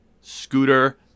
scooter